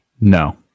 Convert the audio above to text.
No